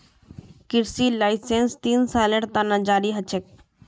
कृषि लाइसेंस तीन सालेर त न जारी ह छेक